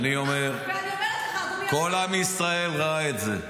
ואני אומר, כל עם ישראל ראה את זה.